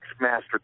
master